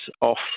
off